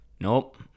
Nope